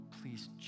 Please